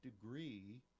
degree